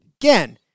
Again